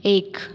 एक